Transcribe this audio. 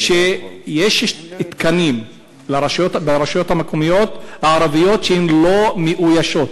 יש ברשויות המקומיות הערביות תקנים לא מאוישים.